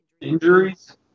Injuries